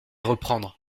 reprendre